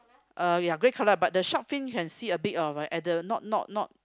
uh ya grey colour but the shark fin can see a bit of at the not not not